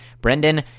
Brendan